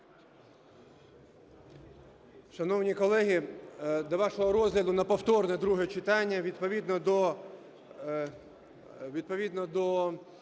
Шановні колеги, до вашого розгляду на повторне друге читання відповідно